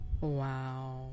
Wow